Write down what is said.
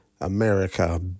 America